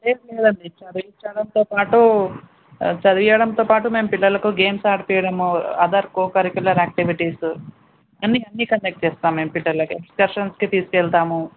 ఏం లేదండి చదివించడంతో పాటు చదివీయడంతో పాటు మేము పిల్లలకు గేమ్స్ ఆడిపీయడము అదర్ కోకరిక్యులర్ యాక్టివిటీస్ అన్నీ అన్నీ కాండక్ట్ చేస్తాం మేము పిల్లలకి ఎక్స్కర్షన్స్కి తీసుకెళ్తాము